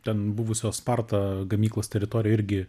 ten buvusios sparta gamyklos teritorijoj irgi